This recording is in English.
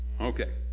Okay